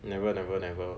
never never never